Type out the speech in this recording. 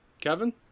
Kevin